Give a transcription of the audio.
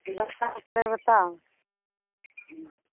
रस्ता ओतरे बताउ